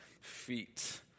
feet